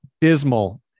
dismal